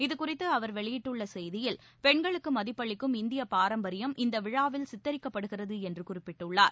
இது குறித்து அவர் வெளியிட்டுள்ள செய்தியில் பெண்களுக்கு மதிப்பளிக்கும் இந்திய பாரம்பரியம் இந்த விழாவில் சித்தரிக்கப்படுகிறது என்று குறிப்பிட்டுள்ளார்